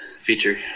feature